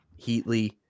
Heatley